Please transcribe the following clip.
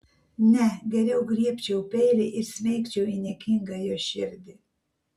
ne geriau griebčiau peilį ir smeigčiau į niekingą jo širdį